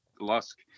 Lusk